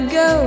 go